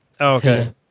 okay